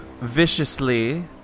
viciously